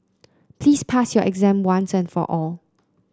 please pass your exam once and for all